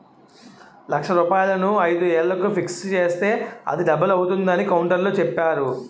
లక్ష రూపాయలను ఐదు ఏళ్లకు ఫిక్స్ చేస్తే అది డబుల్ అవుతుందని కౌంటర్లో చెప్పేరు